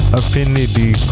affinity